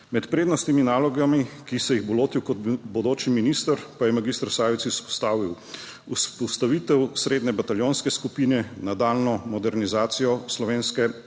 Med prednostnimi nalogami, ki se jih bo lotil kot bodoči minister, pa je mag. Sajovic izpostavil vzpostavitev srednje bataljonske skupine, nadaljnjo modernizacijo Slovenske